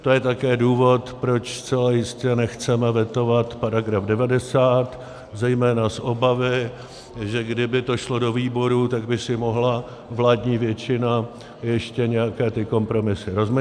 To je také důvod, proč zcela jistě nechceme vetovat § 90, zejména z obavy, že kdyby to šlo do výborů, tak by si mohla vládní většina ještě nějaké ty kompromisy rozmyslet.